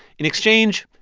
in exchange,